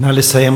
נא לסיים,